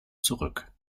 zurück